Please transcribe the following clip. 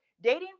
dating